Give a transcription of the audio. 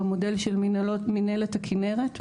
במודל של מנהלת הכנרת,